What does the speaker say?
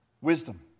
Wisdom